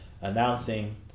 announcing